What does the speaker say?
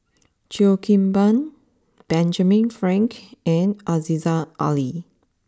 Cheo Kim Ban Benjamin Frank and Aziza Ali